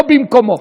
לא במקומו.